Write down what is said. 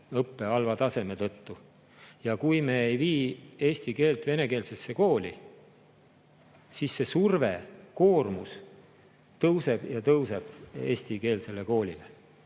õppe halva taseme tõttu. Ja kui me ei vii eesti keelt venekeelsesse kooli, siis see surve ja koormus tõuseb ja tõuseb eestikeelsele koolile.